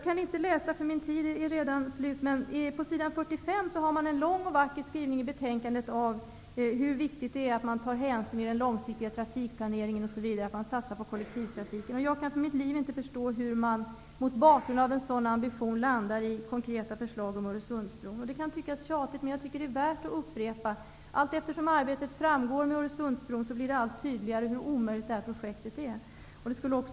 På s. 45 i betänkandet finns en lång och vacker skrivning om hur viktigt det är att man tar hänsyn vid den långsiktiga trafikplaneringen, att man satsar på kollektivtrafiken, osv. Jag kan för mitt liv inte förstå hur man mot bakgrund av en sådan ambition landar i konkreta förslag om Det kan tyckas tjatigt, men det är värt att upprepas: Allteftersom arbetet fortskrider med Öresundsbron blir det allt tydligare hur omöjligt detta projekt är.